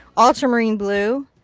ultramarine blue,